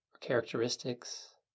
characteristics